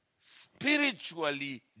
spiritually